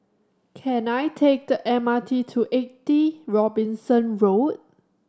can I take the M R T to Eighty Robinson Road